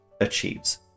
Achieves